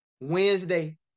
Wednesday